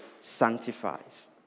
sanctifies